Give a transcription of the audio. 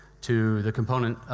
to the component,